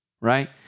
right